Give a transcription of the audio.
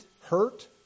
hurt